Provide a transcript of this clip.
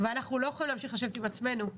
ואנחנו לא יכולים להמשיך לשבת עם עצמנו,